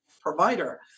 provider